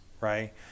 right